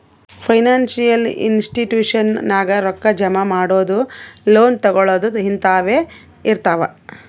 financial institution ನಾಗ್ ರೊಕ್ಕಾ ಜಮಾ ಇಡದು, ಲೋನ್ ತಗೋಳದ್ ಹಿಂತಾವೆ ಇರ್ತಾವ್